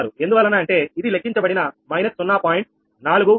946 ఎందువలన అంటే ఇది లెక్కించబడిన −0